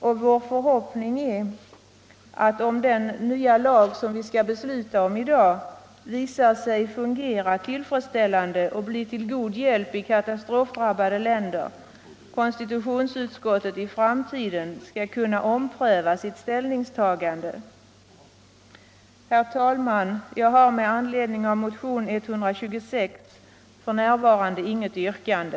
Och det är vår förhoppning, att om den nya lag, som vi skall besluta om i dag, visar sig fungera tillfredsställande och bli till god hjälp i katastrofdrabbade länder, konstitutionsutskottet i framtiden skall kunna ompröva sitt ställningstagande. Herr talman! Jag har med anledning av motionen 126 f.n. inget yrkande.